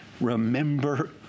remember